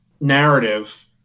narrative